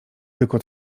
tylko